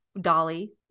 Dolly